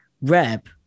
Reb